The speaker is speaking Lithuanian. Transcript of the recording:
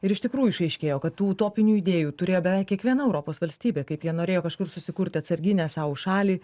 ir iš tikrųjų išaiškėjo kad tų utopinių idėjų turėjo beveik kiekviena europos valstybė kaip jie norėjo kažkur susikurti atsarginę sau šalį